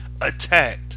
attacked